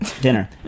dinner